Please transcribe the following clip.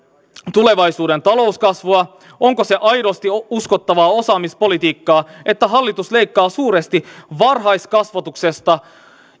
tulevaisuuden talouskasvua onko se aidosti uskottavaa osaamispolitiikkaa että hallitus leikkaa suuresti varhaiskasvatuksesta